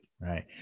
right